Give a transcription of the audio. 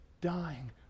dying